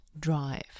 drive